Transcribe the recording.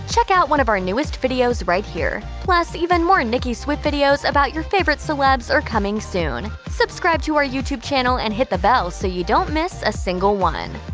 check out one of our newest videos right here! plus, even more nicki swift videos about your favorite celebs are coming soon. subscribe to our youtube channel and hit the bell so you don't miss a single one.